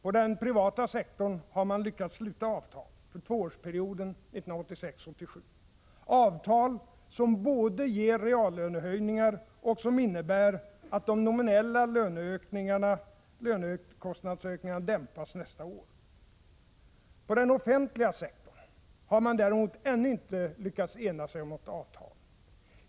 På den privata sektorn har man lyckats sluta avtal för tvåårsperioden 1986-1987; avtal som både ger reallönehöjningar och innebär att de nominella lönekostnadsökningarna dämpas nästa år. På den offentliga sektorn har man däremot ännu inte lyckats ena sig om något avtal.